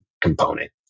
component